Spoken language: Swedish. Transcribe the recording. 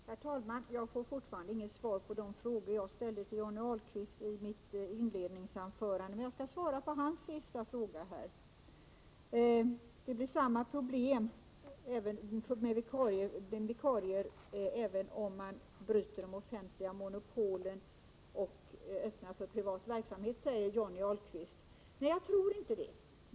Herr talman! Jag får fortfarande inget svar på de frågor som jag ställde till Johnny Ahlqvist i mitt inledningsanförande. Men jag skall svara på hans sista fråga. Det blir samma problem med vikarier även om man bryter de offentliga monopolen och öppnar för privat verksamhet, säger Johnny Ahlqvist. Nej, jag tror inte det.